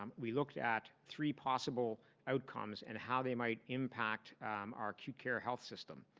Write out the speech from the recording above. um we looked at three possible outcomes and how they might impact our acute care health system.